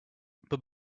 but